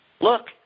look